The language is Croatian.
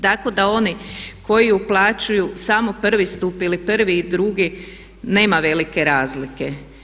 Tako da oni koji uplaćuju samo prvi stup ili prvi i drugi nema velike razlike.